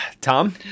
Tom